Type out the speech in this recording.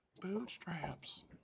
bootstraps